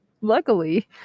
luckily